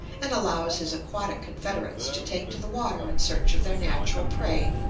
and allows his aquatic confederates to take to the water in search of their natural prey,